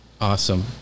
awesome